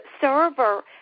server